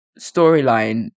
storyline